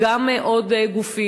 גם עוד גופים.